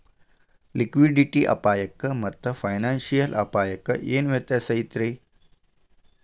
Liquidity ಅಪಾಯಕ್ಕಾಮಾತ್ತ financial ಅಪ್ಪಾಯಕ್ಕ ಏನ್ ವ್ಯತ್ಯಾಸೈತಿ?